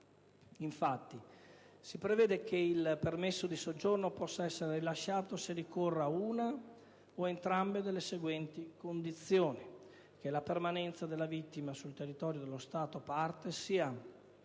Infatti, si prevede che il permesso di soggiorno possa essere rilasciato se ricorra una o entrambe delle seguenti condizioni: che la permanenza della vittima sul territorio dello Stato parte sia